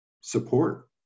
support